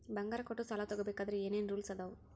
ಬಂಗಾರ ಕೊಟ್ಟ ಸಾಲ ತಗೋಬೇಕಾದ್ರೆ ಏನ್ ಏನ್ ರೂಲ್ಸ್ ಅದಾವು?